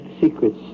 secrets